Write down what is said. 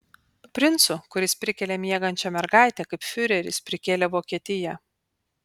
princu kuris prikelia miegančią mergaitę kaip fiureris prikėlė vokietiją